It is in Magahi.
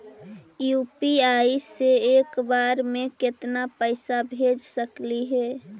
यु.पी.आई से एक बार मे केतना पैसा भेज सकली हे?